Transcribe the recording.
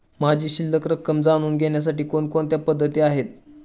माझी शिल्लक रक्कम जाणून घेण्यासाठी कोणकोणत्या पद्धती आहेत?